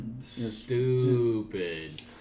Stupid